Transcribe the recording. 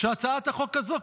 שהצעת החוק הזו,